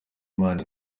imana